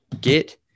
Get